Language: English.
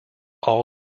all